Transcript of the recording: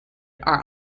are